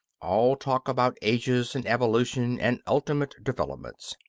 all talk about ages and evolution and ultimate developments.